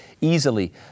easily